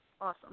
awesome